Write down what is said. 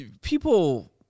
people